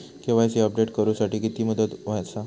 KYC update करू साठी किती मुदत आसा?